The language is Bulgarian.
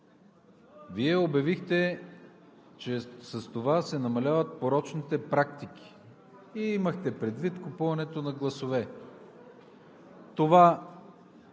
Вие обявихте, че с това се намаляват порочните практики и имахте предвид купуването на гласове. Това обвинение